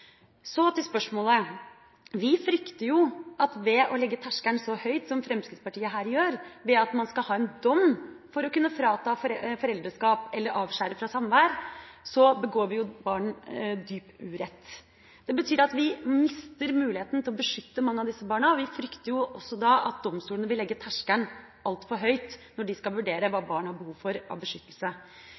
Så til spørsmålet: Vi frykter at ved å legge terskelen så høyt som det Fremskrittspartiet her gjør, ved at man skal ha en dom for å kunne frata foreldreskap eller avskjære fra samvær, gjør vi barna en dyp urett. Det betyr at vi mister muligheten til å beskytte mange av disse barna, og vi frykter at domstolene vil legge terskelen altfor høyt når de skal vurdere hvilket beskyttelsesbehov barn har.